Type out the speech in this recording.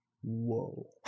whoa